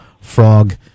Frog